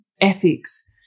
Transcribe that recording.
ethics